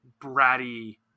bratty